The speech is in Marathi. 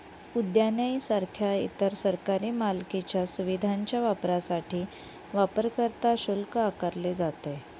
उद्याने सारख्या इतर सरकारी मालकीच्या सुविधांच्या वापरासाठी वापरकर्ता शुल्क आकारले जाते